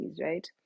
right